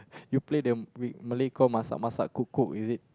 you played them with Malay called masak masak cook cook is it